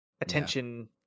attention